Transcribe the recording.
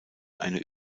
eine